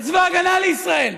את צבא ההגנה לישראל.